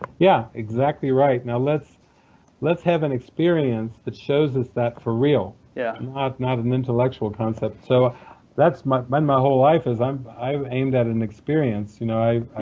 yeah, exactly right, now let's let's have an experience that shows us that for real yeah not not an intellectual concept. so that's been my whole life, is i've i've aimed at an experience, you know i've